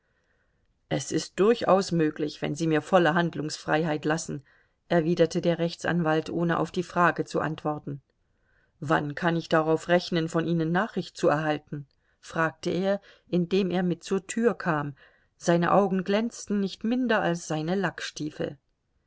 es ist durchaus möglich wenn sie mir volle handlungsfreiheit lassen erwiderte der rechtsanwalt ohne auf die frage zu antworten wann kann ich darauf rechnen von ihnen nachricht zu erhalten fragte er indem er mit zur tür kam seine augen glänzten nicht minder als seine